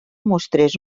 mostrés